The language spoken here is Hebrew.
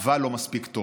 אבל לא מספיק טוב.